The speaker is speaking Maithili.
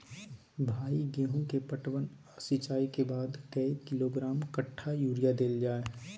भाई गेहूं के पटवन आ सिंचाई के बाद कैए किलोग्राम कट्ठा यूरिया देल जाय?